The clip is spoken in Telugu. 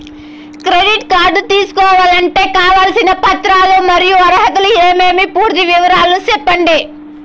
క్రెడిట్ కార్డు తీసుకోవాలంటే కావాల్సిన పత్రాలు మరియు అర్హతలు ఏమేమి పూర్తి వివరాలు సెప్పండి?